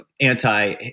anti